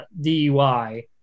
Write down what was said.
DUI